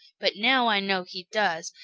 but now i know he does,